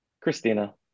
Christina